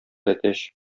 әтәч